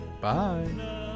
Bye